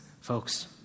folks